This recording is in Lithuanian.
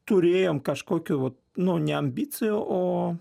turėjom kažkokių vat nu ne ambicijų o